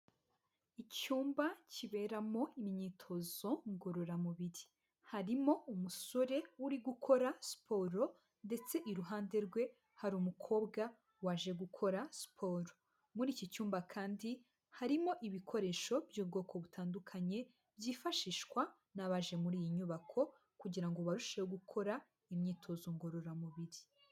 Icyumba kiberamo imyitozo ngororamubiri, harimo umusore uri gukora siporo ndetse iruhande rwe hari umukobwa waje gukora siporo, muri iki cyumba kandi harimo ibikoresho by'ubwoko butandukanye, byifashishwa n'abaje muri iyi nyubako kugira ngo barusheho gukora imyitozo ngororamubiri.